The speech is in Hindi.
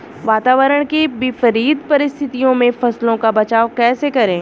वातावरण की विपरीत परिस्थितियों में फसलों का बचाव कैसे करें?